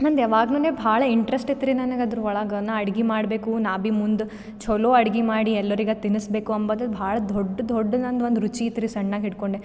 ನಂದು ಯಾವಾಗ್ಲೂವೆ ಭಾಳ ಇಂಟ್ರೆಸ್ಟ್ ಇತ್ತುರಿ ನನಗೆ ಅದ್ರ ಒಳಗೆ ನಾ ಅಡ್ಗೆ ಮಾಡಬೇಕು ನಾ ಭೀ ಮುಂದೆ ಚೊಲೋ ಅಡ್ಗೆ ಮಾಡಿ ಎಲ್ಲರಿಗೆ ತಿನಿಸಬೇಕು ಅನ್ನೋದು ಭಾಳ ದೊಡ್ದ ದೊಡ್ಡ ನಂದೊಂದು ರುಚಿ ಇತ್ತು ರೀ ಸಣ್ಣಕಿ ಹಿಡ್ಕೊಂಡೆ